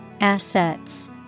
Assets